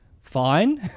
fine